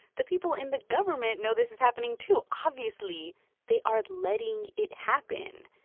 the people in the government know this is happening too. obviously they are letting it happen.